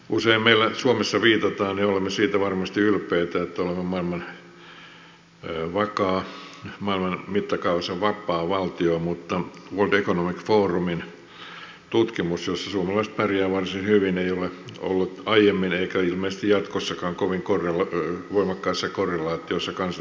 usein meillä suomessa viitataan siihen ja olemme siitä varmasti ylpeitä siitä että olemme vakaa maailman mittakaavassa vakaa valtio mutta world economic forumin tutkimus jossa suomalaiset pärjäävät varsin hyvin ei ole ollut aiemmin eikä ole ilmeisesti jatkossakaan kovin voimakkaassa korrelaatiossa kansantalouden kasvuun